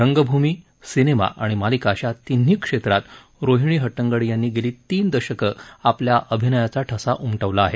रंगभूमी सिनेमा आणि मालिका अशा तिन्ही क्षेत्रात रोहिणी हट्टंगडी यांनी गेली तीन दशकं आपल्या अभिनयाचा ठसा उमटवला आहे